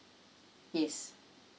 yes